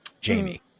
Jamie